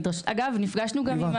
אגב נפגשנו גם עם